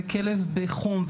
וכלב בחום,